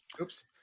oops